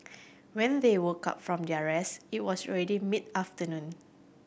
when they woke up from their rest it was already mid afternoon